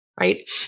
Right